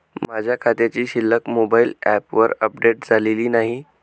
माझ्या खात्याची शिल्लक मोबाइल ॲपवर अपडेट झालेली नाही